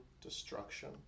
destruction